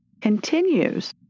continues